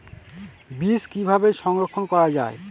বীজ কিভাবে সংরক্ষণ করা যায়?